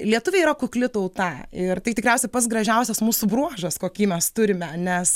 lietuviai yra kukli tauta ir tai tikriausiai pats gražiausias mūsų bruožas kokį mes turime nes